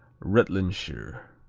rutlandshire.